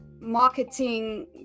marketing